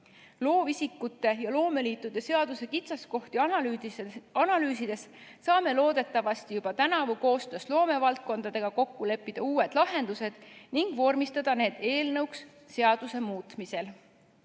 Loovisikute ja loomeliitude seaduse kitsaskohti analüüsides saame loodetavasti juba tänavu koostöös loomevaldkondadega kokku leppida uued lahendused ning vormistada need seadust muutvaks